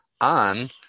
on